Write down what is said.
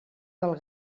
del